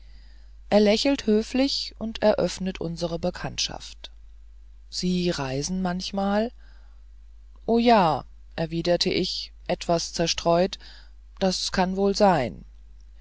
er lächelt höflich und eröffnet unsere bekanntschaft sie reisen manchmal oh ja erwiderte ich etwas zerstreut das kann wohl sein